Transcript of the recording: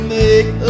make